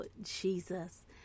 Jesus